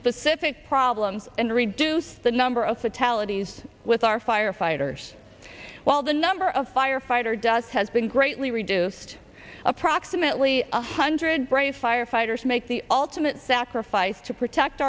specific problems and reduce the number of fatalities with our firefighters while the number of firefighter does has been greatly reduced approximately one hundred brave firefighters make the ultimate sacrifice to protect